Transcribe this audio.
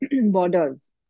borders